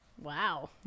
Wow